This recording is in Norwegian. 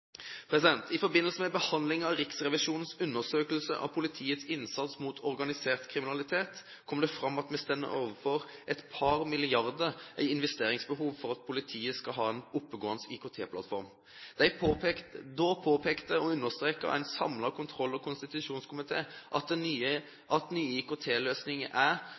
I forbindelse med behandlingen av Riksrevisjonens undersøkelse av politiets innsats mot organisert kriminalitet kom det fram at vi står overfor et par milliarder i investeringsbehov for at politiet skal ha en oppegående IKT-plattform. Da påpekte og understreket en samlet kontroll- og konstitusjonskomité at nye